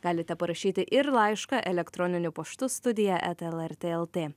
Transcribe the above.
galite parašyti ir laišką elektroniniu paštu studija eta lrt lt